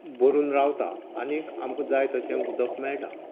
भरून रावता आनीक आमकां जाय तशें उदक मेळटा